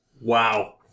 wow